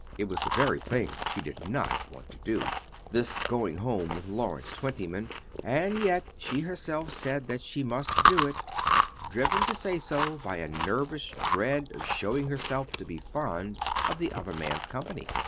it was the very thing she did not want to do this going home with lawrence twentyman and yet she herself said that she must do it driven to say so by a nervous dread of showing herself to be fond of the other man's company.